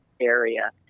area